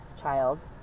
child